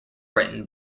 written